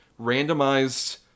randomized